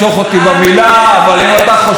אוי לך ואוי ליהדות.